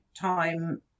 Time